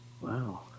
Wow